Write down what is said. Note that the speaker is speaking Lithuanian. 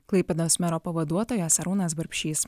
klaipėdos mero pavaduotojas arūnas barbšys